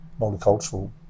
Multicultural